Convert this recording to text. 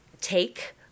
take